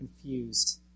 confused